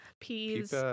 Peas